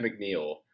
McNeil